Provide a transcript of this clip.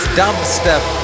dubstep